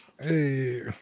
Hey